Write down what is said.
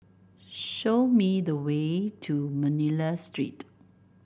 show me the way to Manila Street